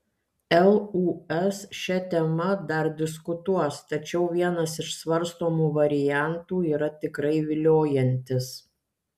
lūs šia tema dar diskutuos tačiau vienas iš svarstomų variantų yra tikrai viliojantis